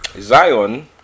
Zion